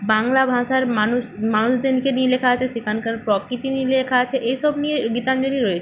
বাংলা ভাষার মানুষ মানুষদেরকে নিয়ে লেখা আছে সেখানকার প্রকৃতি নিয়ে লেখা আছে এসব নিয়ে গীতাঞ্জলি রয়েছে